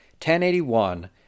1081